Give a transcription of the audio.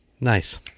Nice